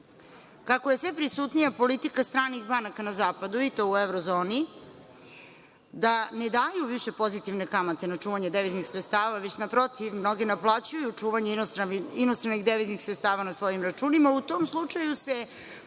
kako je sve prisutnija politika stranih banaka na zapadu, i to u evrozoni, da ne daju više pozitivne kamate na čuvanje deviznih sredstava, već naprotiv mnogi naplaćuju čuvanje inostranih deviznih sredstava na svojim računima. U tom slučaju se